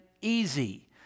easy